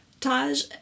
Taj